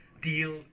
Deal